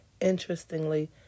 Interestingly